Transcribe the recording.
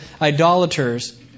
idolaters